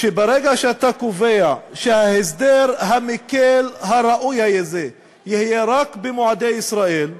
שברגע שאתה קובע שההסדר המקל הראוי הזה יהיה רק במועדי ישראל,